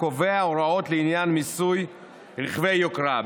קובע הוראות לעניין מיסוי רכבי יוקרה.